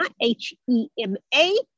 H-E-M-A